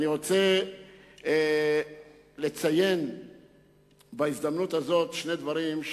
בהזדמנות הזאת אני רוצה לציין שני דברים,